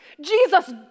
Jesus